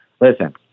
listen